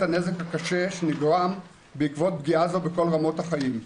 הנזק הקשה שנגרם בעקבות פגיעה זו בכל רמות החיים.